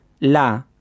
la